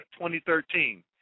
2013